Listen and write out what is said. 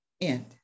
End